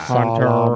Hunter